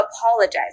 apologize